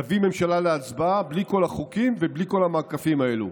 תביא ממשלה להצבעה בלי כל החוקים ובלי כל המעקפים האלו,